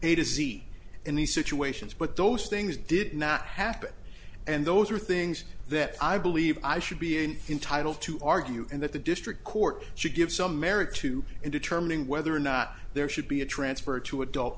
a to z in these situations but those things did not happen and those are things that i believe i should be in entitle to argue and that the district court should give some merit to in determining whether or not there should be a transfer to adult